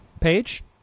page